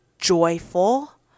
joyful